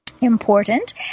important